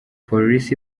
polisi